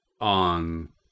on